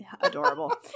adorable